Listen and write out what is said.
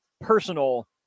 personal